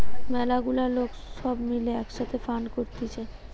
ম্যালা গুলা সব লোক মিলে এক সাথে ফান্ড করতিছে